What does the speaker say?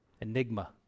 enigma